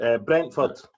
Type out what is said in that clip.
Brentford